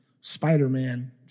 Spider-Man